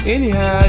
Anyhow